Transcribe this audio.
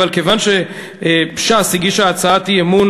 אבל כיוון שש"ס הגישה הצעת אי-אמון